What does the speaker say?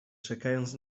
czekając